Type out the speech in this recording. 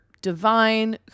divine